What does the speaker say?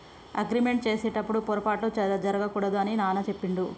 agreement చేసేటప్పుడు పొరపాట్లు జరగకూడదు అని నాన్న చెప్పిండు